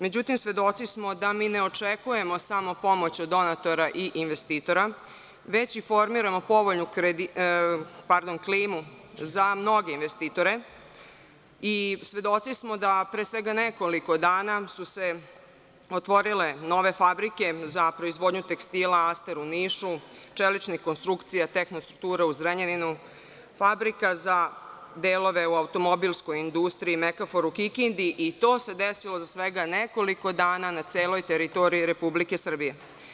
Međutim, svedoci smo da mi ne očekujemo samo pomoć od donatora i investitora, već i formiramo povoljnu klimu za mnoge investitore i svedoci smo da su se pre svega nekoliko dana otvorile nove fabrike za proizvodnju tekstila „Aster“ u Nišu, čelične konstrukcije „Tehnostruktura“ u Zrenjaninu, fabrika za delove u automobilskoj industriji „Mekafor“ u Kikindi, i to se desilo za svega nekoliko dana na celoj teritoriji Republike Srbije.